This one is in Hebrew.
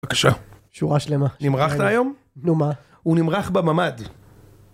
- בבקשה - שורה שלמה - נמרחת היום - נו מה? - הוא נמרח בממ"ד